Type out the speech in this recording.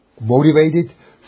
motivated